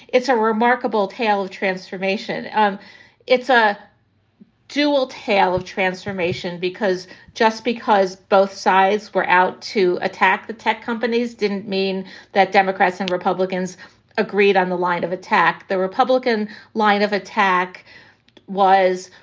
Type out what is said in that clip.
it's a remarkable tale of transformation. it's a dual tale of transformation because just because both sides were out to attack the tech companies didn't mean that democrats and republicans agreed on the line of attack. the republican line of attack was,